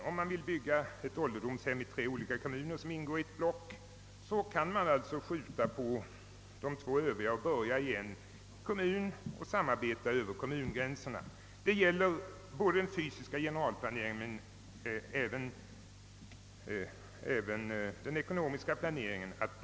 Om man vill bygga ålderdomshem i tre olika kommuner, ingående i samma block, kan man skjuta på de två och samarbeta över kommungränserna med bygget i den tredje kommunen. Där har kommunblocken stor betydelse såväl när det gäller den fysiska generalplaneringen som den ekonomiska planeringen.